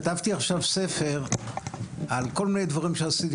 כתבתי עכשיו ספר על כל מיני דברים שעשיתי